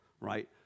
right